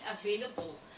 available